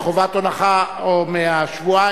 מחובת הנחה או מהשבועיים,